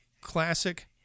classic